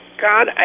God